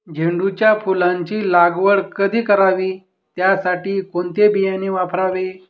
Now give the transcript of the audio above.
झेंडूच्या फुलांची लागवड कधी करावी? त्यासाठी कोणते बियाणे वापरावे?